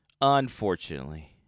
Unfortunately